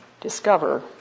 discover